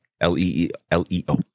L-E-E-L-E-O